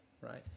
Right